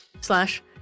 Slash